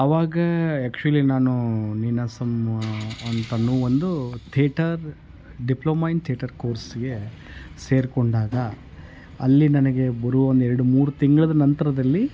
ಆವಾಗ ಯಾಕ್ಚುಲಿ ನಾನು ನೀನಾಸಂ ಅಂತನ್ನೋ ಒಂದು ಥಿಯೇಟರ್ ಡಿಪ್ಲೊಮಾ ಇನ್ ಥಿಯೇಟರ್ ಕೋರ್ಸಿಗೆ ಸೇರಿಕೊಂಡಾಗ ಅಲ್ಲಿ ನನಗೆ ಬರುವ ಒಂದೆರಡು ಮೂರು ತಿಂಗ್ಳ ನಂತರದಲ್ಲಿ